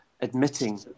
admitting